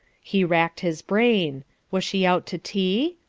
he racked his brain was she out to tea?